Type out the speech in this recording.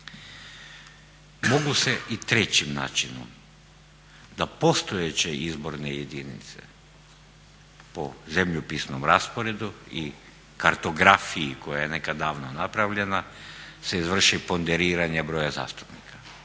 Mogu se i trećim načinom, da postojeće izborne jedinice po zemljopisnom rasporedu i kartografiji koja je nekad davno napravljena se izvrši ponderiranje broja zastupnika.